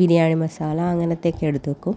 ബിരിയാണി മസാല അങ്ങനത്തെയൊക്കെ എടുത്ത് വെക്കും